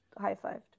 high-fived